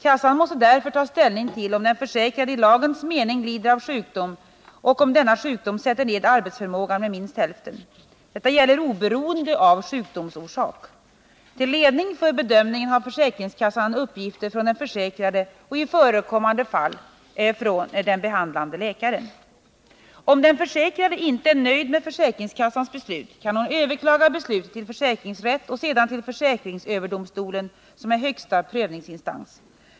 Kassan måste därför ta ställning till om den försäkrade i lagens mening lider av sjukdom och om denna sjukdom sätter ned arbetsförmågan med minst hälften. Detta gäller oberoende av sjukdomsorsak. Till ledning för bedömningen har försäkringskassan uppgifter från den försäkrade och i förekommande fall från den behandlande läkaren. Om den försäkrade inte är nöjd med försäkringskassans beslut kan hon överklaga beslutet till försäkringsrätt och sedan till försäkringsöverdomstolen som är högsta prövningsinstans.